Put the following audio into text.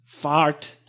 fart